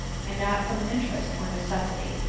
and not from interest, or necessity.